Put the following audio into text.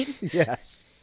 yes